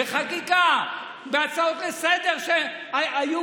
בחקיקה, בהצעות לסדר-היום.